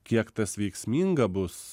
kiek tas veiksminga bus